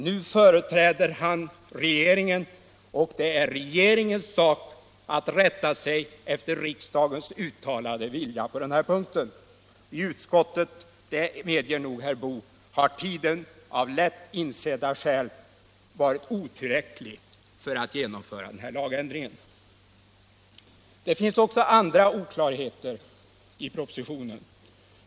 Nu företräder herr Boo regeringen, och det är regeringens sak att rätta sig efter riksdagens uttalade vilja på den här punkten. I utskottet, det medger nog herr Boo, har tiden av lätt insedda skäl varit otillräcklig för att genomföra lagändringen. Det finns också andra oklarheter i propositionen.